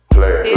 Play